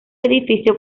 edificio